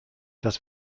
dass